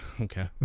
Okay